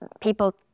people